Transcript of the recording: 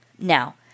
Now